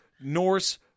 Norse